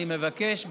אני מבקש,